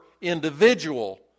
individual